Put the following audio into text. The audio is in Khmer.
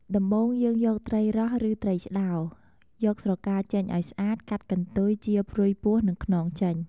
ដំបូងយើងយកត្រីរ៉ស់ ឬត្រីឆ្តោរ យកស្រកាចេញឲ្យស្អាត កាត់កន្ទុយ ចៀរព្រុយពោះ និងខ្នងចេញ។